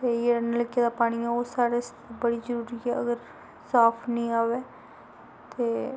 ते जेह्ड़ा नलके दा पानी ऐ ओह् साढ़े आस्तै बड़ा जरूरी ऐ अगर साफ निं आवै ते